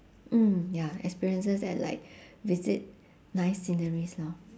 mm ya experiences and like visit nice sceneries lor